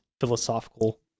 philosophical